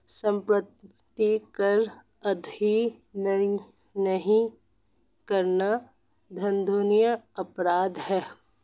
सम्पत्ति कर अदा नहीं करना दण्डनीय अपराध है